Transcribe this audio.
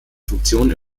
funktionen